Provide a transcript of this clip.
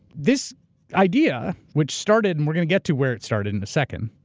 this idea, which started, and we're gonna get to where it started in a second.